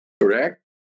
Correct